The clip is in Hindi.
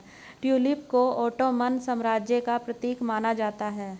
ट्यूलिप को ओटोमन साम्राज्य का प्रतीक माना जाता है